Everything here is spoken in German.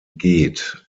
geht